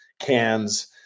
Cans